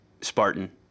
Spartan